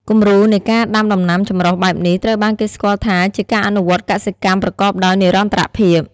គំរូនៃការដាំដំណាំចម្រុះបែបនេះ ត្រូវបានគេស្គាល់ថាជាការអនុវត្តកសិកម្មប្រកបដោយនិរន្តរភាព។